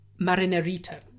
Marinerito